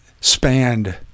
spanned